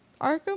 arkham